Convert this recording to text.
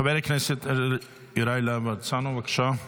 חבר הכנסת יוראי להב הרצנו, בבקשה.